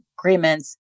agreements